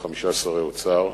עם חמישה שרי אוצר.